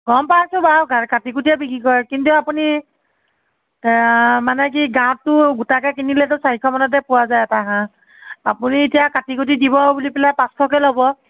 গম পাইছোঁ বাৰু কাটি কুটিয়ে বিক্ৰী কৰে কিন্তু আপুনি মানে কি গাটো গোটাকৈ কিনিলে চাৰিশমানতে পোৱা যায় এটা হাঁহ আপুনি এতিয়া কাটি কুটি দিব বুলি পেলাই পাঁচশকৈ ল'ব